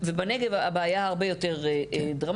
ובנגב הבעיה הרבה יותר דרמטית.